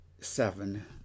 seven